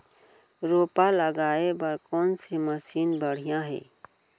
रोपा लगाए बर कोन से मशीन बढ़िया हे?